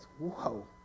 whoa